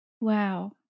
Wow